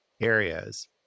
areas